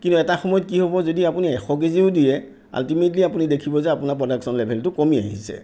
কিন্তু এটা সময়ত কি হ'ব যদি আপুনি এশ কেজিও দিয়ে আল্টিমেটলি আপুনি দেখিব যে আপোনাৰ প্ৰডাকশ্যন লেভেলটো কমি আহিছে